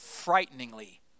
frighteningly